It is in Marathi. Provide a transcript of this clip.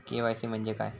के.वाय.सी म्हणजे काय?